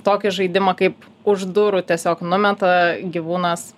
tokį žaidimą kaip už durų tiesiog numeta gyvūnas